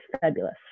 fabulous